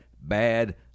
Bad